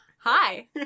Hi